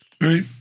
right